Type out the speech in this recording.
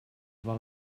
val